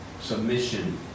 submission